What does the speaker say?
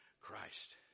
Christ